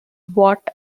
what